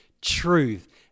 truth